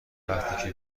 وقتی